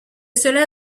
cela